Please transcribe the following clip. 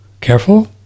careful